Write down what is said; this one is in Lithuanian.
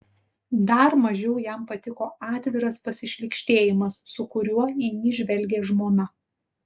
dar mažiau jam patiko atviras pasišlykštėjimas su kuriuo į jį žvelgė žmona